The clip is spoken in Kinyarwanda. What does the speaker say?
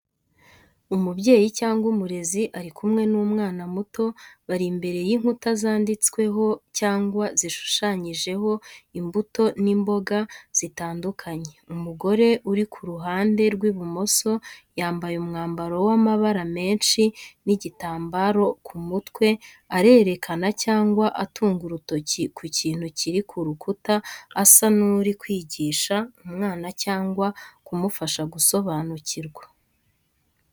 Umubyeyi cyangwa umurezi ari kumwe n’umwana muto bari imbere y’inkuta zanditsweho cyangwa zishushanyijeho imbuto n’imboga zitandukanye. Umugore uri ku ruhande rw’ibumoso yambaye umwambaro w’amabara menshi n’igitambaro ku mutwe arerekana cyangwa atunga urutoki ku kintu kiri ku rukuta asa n’uri kwigisha umwana cyangwa kumufasha gusobanukirwa.